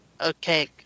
Okay